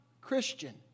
Christian